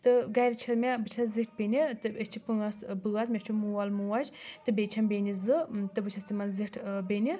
تہٕ گھرِ چھِ مےٚ بہٕ چھیٚس زِٹھ بیٚنہِ تہٕ أسۍ چھِ پانٛژھ ٲں بٲژ مےٚ چھُ مول موج تہٕ بیٚیہِ چھیٚم بیٚنہِ زٕ تہٕ بہٕ چھیٚس تِمَن زِٹھ ٲں بیٚنہِ